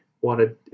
wanted